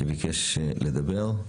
שביקש לדבר.